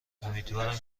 امیدوارم